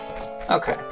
Okay